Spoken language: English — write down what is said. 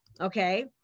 Okay